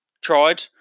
tried